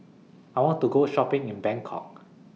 I want to Go Shopping in Bangkok